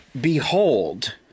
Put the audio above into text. behold